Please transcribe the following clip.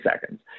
seconds